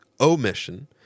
omission